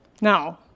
Now